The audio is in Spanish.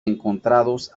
encontrados